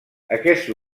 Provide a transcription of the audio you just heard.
aquest